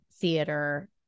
theater